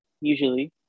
usually